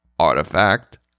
Artifact